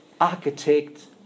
architect